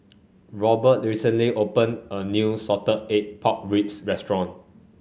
Robert recently opened a new Salted Egg Pork Ribs restaurant